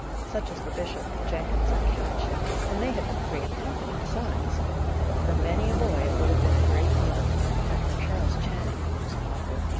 such as the bishop, jenkins, and ketch and they had been three in company, besides but for many a boy it would have been a great deal and for charles channing it was awful.